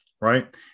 Right